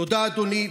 תודה, אדוני.